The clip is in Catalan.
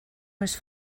més